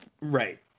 right